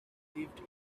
believed